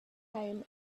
home